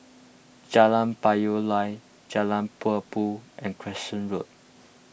Jalan Payoh Lai Jalan Tempua and Crescent Road